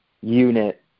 unit